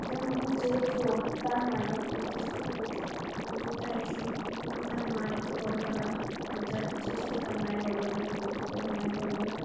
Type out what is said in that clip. যেমন যে চোর তার মায়ের যে চোর তার তার মায়ের তো বড়ো গলা যার যে চোর তার মায়ের বড়ো গলাকে বলে চোরের মায়ের বড়ো গলা